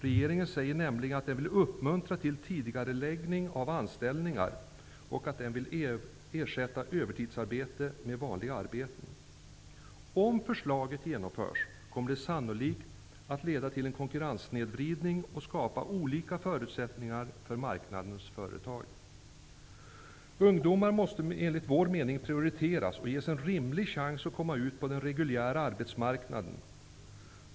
Regeringen säger nämligen att den vill uppmuntra till tidigareläggning av anställningar och att den vill ersätta övertidsarbete med vanliga arbeten. Om förslaget genomförs kommer det sannolikt att leda till en konkurrenssnedvridning och skapa olika förutsättningar för marknadens företag. Ungdomar måste enligt vår mening prioriteras och ges en rimlig chans att komma ut på den reguljära arbetsmarknaden.